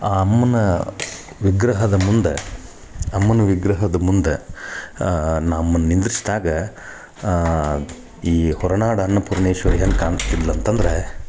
ಆ ಅಮ್ಮನ ವಿಗ್ರಹದ ಮುಂದೆ ಅಮ್ಮನ ವಿಗ್ರಹದ ಮುಂದೆ ನಮ್ಮನ್ನ ನಿಂದರ್ಸ್ದಾಗ ಈ ಹೊರ್ನಾಡು ಅನ್ನಪೂರ್ಣೇಶ್ವರಿ ಹೆಂಗ ಕಾಣ್ತಿದ್ಲ ಅಂತಂದ್ರ